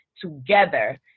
together